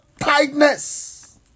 tightness